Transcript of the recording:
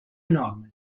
enorme